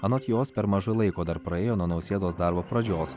anot jos per mažai laiko dar praėjo nuo nausėdos darbo pradžios